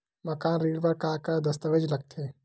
मकान ऋण बर का का दस्तावेज लगथे?